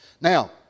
Now